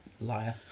liar